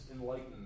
enlightened